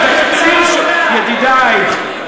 ידידי,